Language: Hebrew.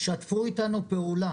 תשתפו איתנו פעולה.